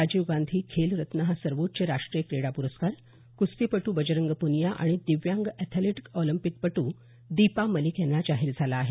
राजीव गांधी खेल रत्न हा सर्वोच्च राष्ट्रीय क्रीडा पुरस्कार कुस्तीपटू बजरंग पुनिया आणि दिव्यांग एथलिट ऑलिंपिकपटू दीपा मलिक यांना जाहीर झाला आहे